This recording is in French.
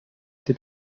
été